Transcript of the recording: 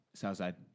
Southside